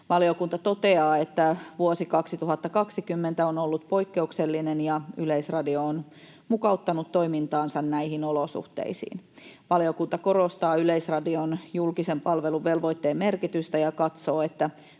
Valiokunta toteaa, että vuosi 2020 on ollut poikkeuksellinen ja Yleisradio on mukauttanut toimintaansa näihin olosuhteisiin. Valiokunta korostaa Yleisradion julkisen palvelun velvoitteen merkitystä ja katsoo, että